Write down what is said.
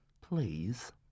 Please